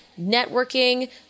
networking